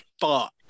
Fuck